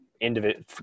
individual